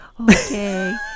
okay